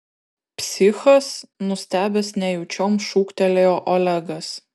psichas nustebęs nejučiom šūktelėjo olegas